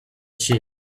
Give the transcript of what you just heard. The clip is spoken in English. sheep